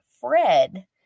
Fred